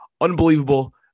Unbelievable